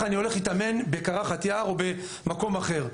אני הולך להתאמן בקרחת יער או במקום אחר.